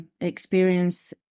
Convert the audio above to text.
experience